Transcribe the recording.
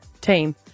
team